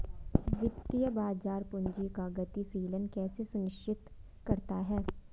वित्तीय बाजार पूंजी का गतिशीलन कैसे सुनिश्चित करता है?